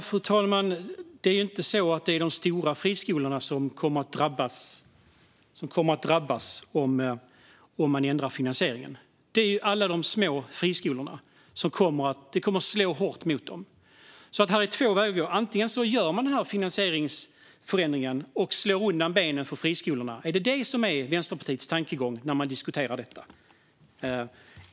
Fru talman! Det är inte de stora friskolorna som kommer att drabbas om man ändrar finansieringen. Det är alla de små friskolorna som drabbas; det kommer att slå hårt mot dem. Det finns två vägar. Antingen gör man den här finansieringsförändringen och slår undan benen för friskolorna. Är det detta som är Vänsterpartiet tankegång när man diskuterar det här?